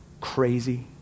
crazy